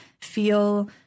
feel